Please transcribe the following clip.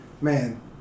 man